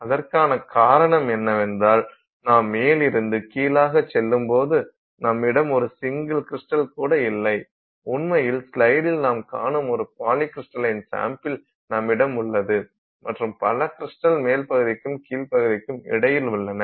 அதற்கான காரணம் என்னவென்றால் நாம் மேலிருந்து கீழாகச் செல்லும்போது நம்மிடம் ஒரு சிங்கிள் கிரிஸ்டல் கூட இல்லை உண்மையில் ஸ்லைடில் நாம் காணும் ஒரு பாலிகிரிஸ்டலின் சாம்பில் நம்மிடம் உள்ளது மற்றும் பல கிரிஸ்டல் மேல் பகுதிக்கும் கீழ் பகுதிக்கும் இடையில் உள்ளன